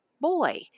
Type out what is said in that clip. boy